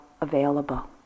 available